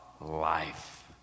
life